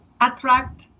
attract